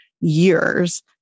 years